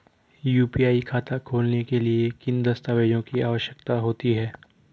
UPI खाता खोलने के लिए किन दस्तावेज़ों की आवश्यकता होती है?